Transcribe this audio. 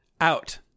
out